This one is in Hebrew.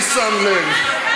אני שם לב,